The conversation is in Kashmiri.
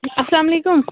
السلام علیکُم